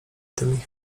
tymi